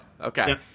Okay